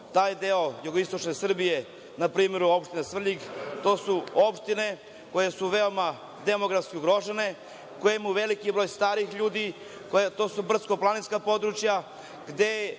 taj deo jugoistočne Srbije, na primer u opštini Svrljig, su opštine koje su veoma demografski ugrožene, koje imaju veliki broj starijih ljudi, to su brdsko-planinska područja